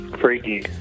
freaky